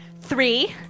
Three